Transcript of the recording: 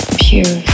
pure